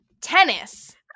tennis